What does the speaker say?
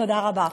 תודה רבה.